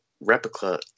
replica